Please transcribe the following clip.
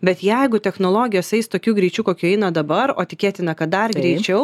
bet jeigu technologijos eis tokiu greičiu kokiu eina dabar o tikėtina kad dar greičiau